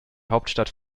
hauptstadt